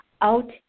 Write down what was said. out